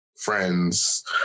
friends